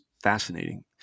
fascinating